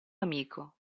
amico